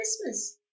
Christmas